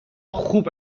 خوب